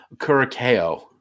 Curacao